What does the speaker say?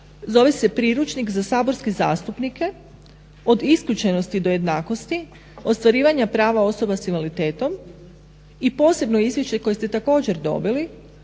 Zove se priručnik za saborske zastupnike od isključenosti do jednakosti, ostvarivanja prava od osoba s invaliditetom i posebno izvješće koje ste također dobili